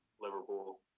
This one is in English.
Liverpool